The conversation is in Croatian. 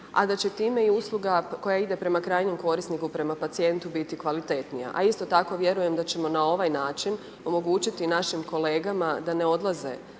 a da će time i usluga koja ide prema krajnjem korisniku, prema pacijentu biti kvalitetnija a isto tako vjerujem da ćemo na ovaj način omogućiti našim kolegama da ne odlaze